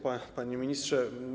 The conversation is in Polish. Panie Ministrze!